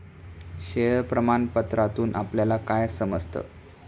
Share प्रमाण पत्रातून आपल्याला काय समजतं?